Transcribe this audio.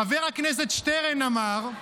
חבר הכנסת שטרן אמר: